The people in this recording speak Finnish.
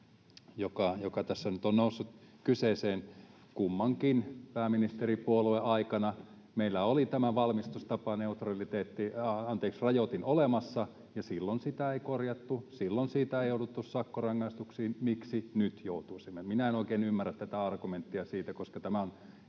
joka tässä nyt on noussut kyseeseen kummankin pääministeripuolueen aikana, [Lauri Lylyn välihuuto] niin meillä oli tämä valmistustaparajoitin olemassa, silloin sitä ei korjattu, ja silloin siitä ei jouduttu sakkorangaistuksiin. Miksi nyt joutuisimme? Minä en oikein ymmärrä tätä argumenttia siitä, koska tämä